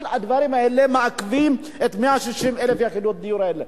כל הדברים האלה מעכבים את 160,000 יחידות הדיור האלה.